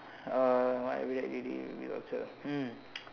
uh what everyday activity would be torture um